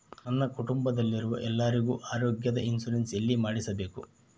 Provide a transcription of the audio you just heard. ನನ್ನ ಕುಟುಂಬದಲ್ಲಿರುವ ಎಲ್ಲರಿಗೂ ಆರೋಗ್ಯದ ಇನ್ಶೂರೆನ್ಸ್ ಎಲ್ಲಿ ಮಾಡಿಸಬೇಕು?